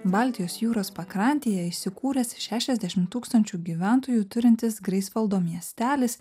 baltijos jūros pakrantėje įsikūręs šešiasdešimt tūkstančių gyventojų turintis greifsvaldo miestelis